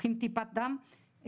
לוקחים טיפת דם,